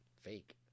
fake